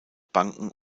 banken